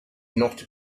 not